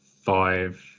five